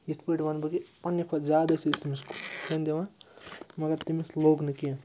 یِتھ پٲٹھۍ وَنہٕ بہٕ کہِ پَنٛنہِ کھۄتہٕ زیادٕ ٲسۍ أسۍ تٔمِس کھٮ۪ن دِوان مگر تٔمِس لوٚگ نہٕ کیٚنٛہہ